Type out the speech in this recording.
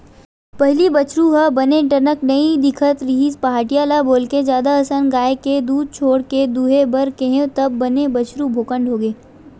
पहिली बछरु ह बने टनक नइ दिखत रिहिस पहाटिया ल बोलके जादा असन गाय के दूद छोड़ के दूहे बर केहेंव तब बने बछरु भोकंड होगे